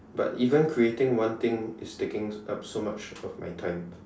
but even creating one thing is taking up so much of my time